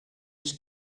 his